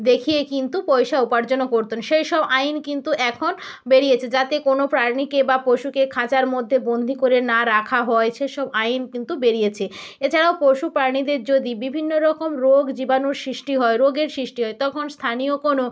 দেখিয়ে কিন্তু পয়সা উপার্জনও করতেন সেইসব আইন কিন্তু এখন বেরিয়েছে যাতে কোনও প্রাণীকে বা পশুকে খাঁচার মধ্যে বন্দি করে না রাখা হয় সেইসব আইন কিন্তু বেরিয়েছে এছাড়াও পশু প্রাণীদের যদি বিভিন্ন রকম রোগ জীবাণুর সৃষ্টি হয় রোগের সৃষ্টি হয় তখন স্থানীয় কোনও